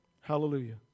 Hallelujah